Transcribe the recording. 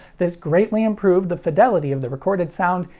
this greatly improved the fidelity of the recorded sound,